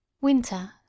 Winter